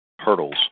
hurdles